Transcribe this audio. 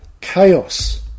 chaos